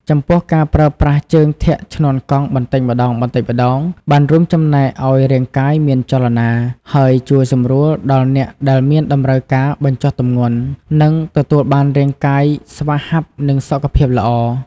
ចំពោះការប្រើប្រាស់ជើងធាក់ឈ្នាន់កង់បន្តិចម្តងៗ បានរួមចំណែកឱ្យរាងកាយមានចលនា ហើយជួយសម្រួលដល់អ្នកដែលមានតម្រូវការបញ្ចុះទម្ងន់ និងទទួលបានរាងកាយស្វាហាប់ និងសុខភាពល្អ។